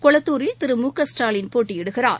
கொளத்தூரில் திரு மு க ஸ்டாலின் போட்டியிடுகிறார்